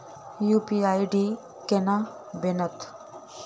UPI ID केना बनतै?